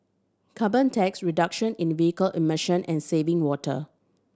carbon tax reduction in vehicle emission and saving water